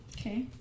Okay